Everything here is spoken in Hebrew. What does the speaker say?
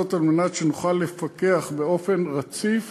וזאת על מנת שנוכל לפקח באופן רציף